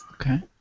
Okay